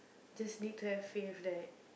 just need to have faith that